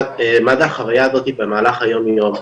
מה זה החוויה הזאתי במהלך היום יום.